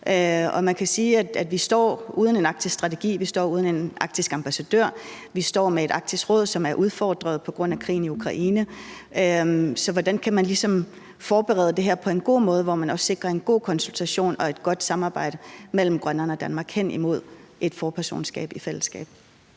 Man kan sige, at vi står uden en arktisk strategi. Vi står uden en arktisk ambassadør. Vi står med et Arktisk Råd, som er udfordret på grund af krigen i Ukraine. Så hvordan kan man ligesom forberede det her på en god måde, hvor man også sikrer en god konsultation og et godt samarbejde mellem Grønland og Danmark hen imod et forpersonskab i fællesskab?